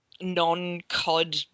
non-cod